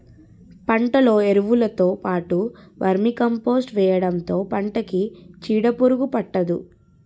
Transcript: పంటలో ఎరువులుతో పాటు వర్మీకంపోస్ట్ వేయడంతో పంటకి చీడపురుగు పట్టదు